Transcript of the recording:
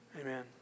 Amen